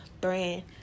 brand